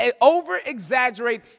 over-exaggerate